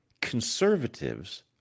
Conservatives